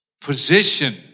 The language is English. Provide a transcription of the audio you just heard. position